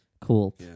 Cool